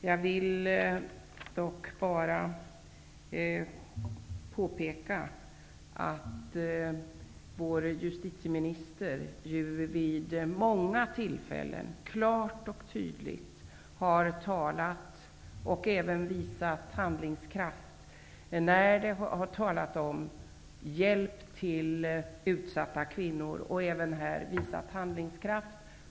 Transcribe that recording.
Jag vill bara påpeka att vår justitieminister vid många tillfällen klart och tydligt har talat och även visat handlingskraft när det har talats om hjälp till utsatta kvinnor. Hon har även här visat handlingskraft.